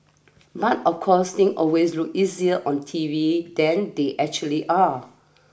but of course thing always look easier on T V than they actually are